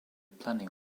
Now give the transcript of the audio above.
planning